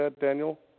Daniel